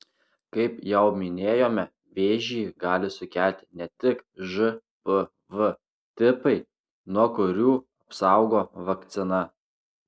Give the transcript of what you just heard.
kaip jau minėjome vėžį gali sukelti ne tik žpv tipai nuo kurių apsaugo vakcina